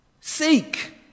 Seek